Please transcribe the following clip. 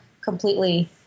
completely